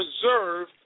preserve